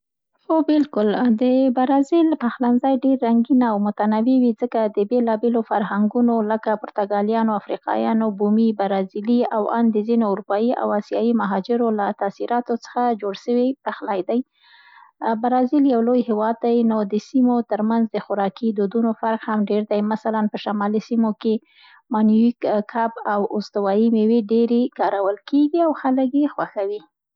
هو، بالکل! د برازیل پخلنځی ډېر رنګین او متنوع وي، ځکه د بېلابېلو فرهنګونو، لکه: پرتګاليانو، افریقایانو، بومي برازیلي او آن د ځينو اروپايي او آسیایي مهاجرو له تاثیراتو څخه جوړ سوي پخلي دي. برازیل یو لوی هېواد دی، نو د سیمو تر منځ د خوراکي دودونو فرق هم ډېر دی. مثلاً: په شمالي سیمو کې مانیوک، کب او استوایي مېوې ډېرې کارول کېږي او خلک یې خوښوي.